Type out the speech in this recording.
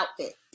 outfit